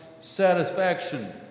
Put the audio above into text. satisfaction